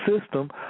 system